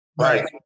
Right